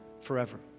forever